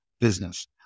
business